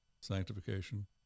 sanctification